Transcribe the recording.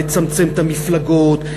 לצמצם את המפלגות,